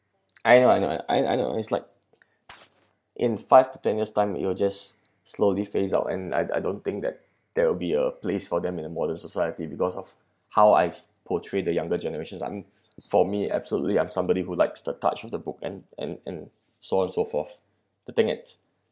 I know I know I know it's like in five to ten years time it will just slowly phase out and I I don't think that there will be a place for them in a modern society because of how I portray the younger generations I'm for me absolutely I'm somebody who likes the touch of the book and and and so on so forth the thing it's